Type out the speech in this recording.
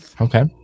Okay